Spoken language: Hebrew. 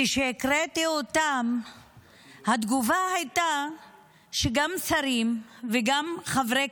כשהקראתי אותן התגובה הייתה שגם שרים וגם חברי